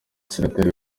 senateri